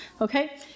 okay